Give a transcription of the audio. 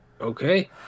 Okay